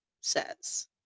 says